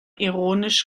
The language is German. ironisch